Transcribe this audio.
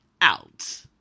out